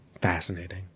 Fascinating